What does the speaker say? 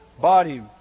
body